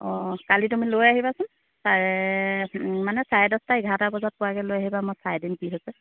অঁ কালি তুমি লৈ আহিবাচোন চাৰে মানে চাৰে দহটা এঘাৰটা বজাত পোৱাকৈ লৈ আহিবা মই চাই দিম কি হৈছে